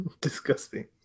disgusting